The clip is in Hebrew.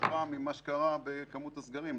מושפע ממה שקרה בכמות הסגרים.